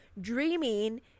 dreaming